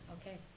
Okay